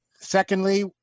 secondly